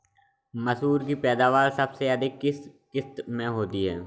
मसूर की पैदावार सबसे अधिक किस किश्त में होती है?